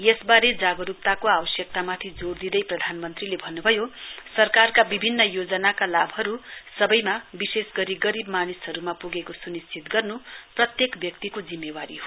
यसवारे जागरुकताको आवश्यकतामाथि जोड़ दिँदै प्रधानमन्त्रीले भन्न्भयो सरकारका विभिन्न योजनाका लाभहरु सवैमा विशेष गरी गरीब मानिसहरुमा प्गेको स्निश्चित गर्नु प्रत्येक व्यक्तिको जिम्मेवारी हो